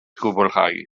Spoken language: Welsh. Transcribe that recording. gwblhau